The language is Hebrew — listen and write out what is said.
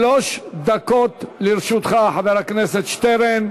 שלוש דקות לרשותך, חבר הכנסת שטרן,